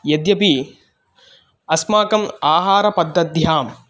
यद्यपि अस्माकम् आहारपद्धत्यां